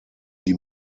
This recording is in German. die